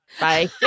Bye